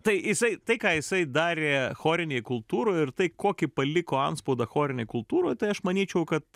tai jisai tai ką jisai darė chorinėj kultūroj ir tai kokį paliko antspaudą chorinėj kultūroj tai aš manyčiau kad